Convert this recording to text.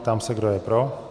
Ptám se, kdo je pro.